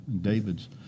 David's